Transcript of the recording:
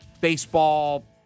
Baseball